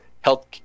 health